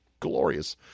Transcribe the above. glorious